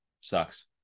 sucks